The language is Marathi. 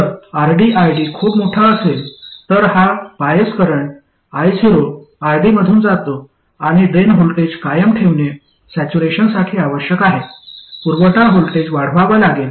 जर RD id खूप मोठा असेल तर हा बायस करंट io RD मधून जातो आणि ड्रेन व्होल्टेज कायम ठेवणे सॅच्युरेशनसाठी आवश्यक आहे पुरवठा व्होल्टेज वाढवावा लागेल